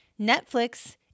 Netflix